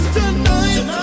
tonight